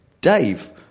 Dave